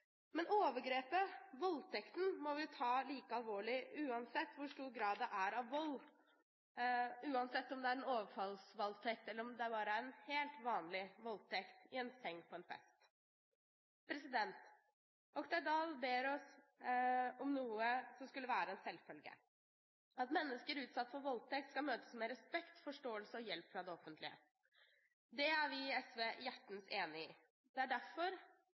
Men overgrepet, voldtekten, må vi ta like alvorlig, uansett hvor stor grad det er av vold, uansett om det er en overfallsvoldtekt eller bare en «helt vanlig» voldtekt – i en seng på en fest. Oktay Dahl ber oss om noe som skulle være en selvfølge – at mennesker utsatt for voldtekt skal møtes med respekt, forståelse og hjelp fra det offentlige. Det er vi i SV hjertens enig i. Det er derfor